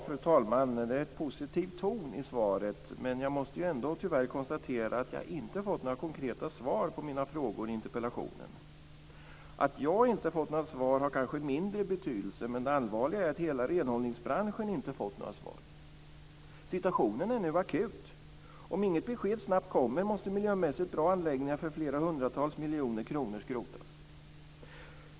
Fru talman! Det är en positiv ton i svaret, men jag måste ändå tyvärr konstatera att jag inte har fått några konkreta svar på mina frågor i interpellationen. Att jag inte har fått några svar har mindre betydelse, men det allvarliga är att hela renhållningsbranschen inte har fått några svar. Situationen är nu akut. Om inget besked snabbt kommer måste miljömässigt bra anläggningar för hundratals miljoner kronor skrotas.